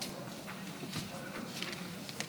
אדוני היושב-ראש, כנסת נכבדה,